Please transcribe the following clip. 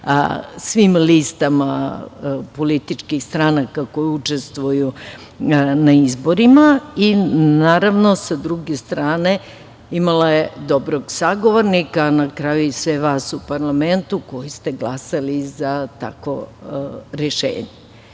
svim listama političkih stranaka koje učestvuju na izborima. Naravno, sa druge strane, imala je dobrog sagovornika, a na kraju i sve vas u parlamentu koji ste glasali za takvo rešenje. Zato